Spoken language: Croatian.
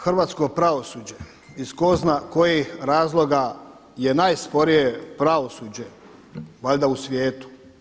Hrvatsko pravosuđe iz tko zna kojih razloga je najsporije pravosuđe valjda u svijetu.